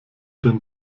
denn